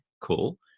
cool